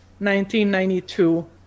1992